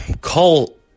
call